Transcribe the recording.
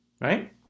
right